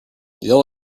yell